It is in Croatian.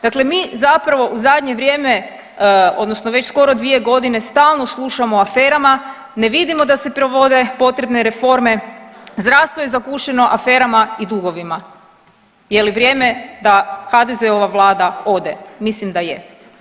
Dakle, mi zapravo u zadnje vrijeme odnosno već skoro 2.g. stalno slušamo o aferama, ne vidimo da se provode potrebne reforme, zdravstvo je zagušeno aferama i dugovima, je li vrijeme da HDZ-ova vlada ode, mislim da je.